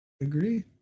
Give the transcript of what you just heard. Agree